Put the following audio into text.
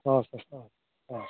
हवस् त सर हवस्